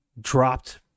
dropped